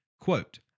Quote